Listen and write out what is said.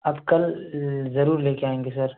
اب کل ضرور لے کے آئیں گے سر